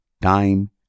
time